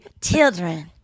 Children